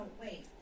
wait